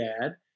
dad